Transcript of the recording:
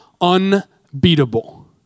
unbeatable